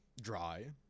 Dry